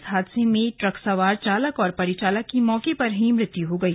इस हादसे में ट्रक सवार चालक और परिचालक की मौके पर ही मौत हो गई